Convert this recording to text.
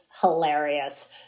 hilarious